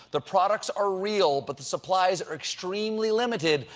the products are real, but the supplies are extremely limited,